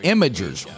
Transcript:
Imagers